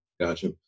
Gotcha